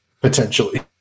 potentially